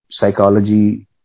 psychology